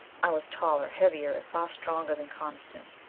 i was taller, heavier and far stronger than coniston.